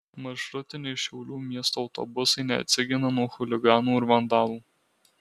maršrutiniai šiaulių miesto autobusai neatsigina nuo chuliganų ir vandalų